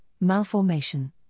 malformation